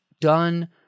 done –